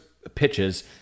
pitches